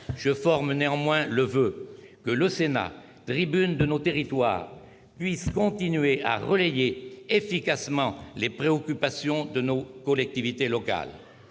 Je forme néanmoins le voeu que le Sénat, tribune de nos territoires, puisse continuer à relayer efficacement les préoccupations de nos collectivités locales.